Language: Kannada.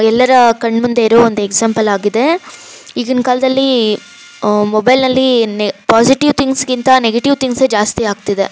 ಎಲ್ಲರ ಕಣ್ಮುಂದೆ ಇರೋ ಒಂದು ಎಕ್ಸಾಂಪಲ್ಲಾಗಿದೆ ಈಗಿನ ಕಾಲದಲ್ಲಿ ಮೊಬೈಲ್ನಲ್ಲಿ ನೆ ಪಾಸಿಟಿವ್ ಥಿಂಗ್ಸ್ಗಿಂತ ನೆಗೆಟಿವ್ ಥಿಂಗ್ಸೇ ಜಾಸ್ತಿಯಾಗ್ತಿದೆ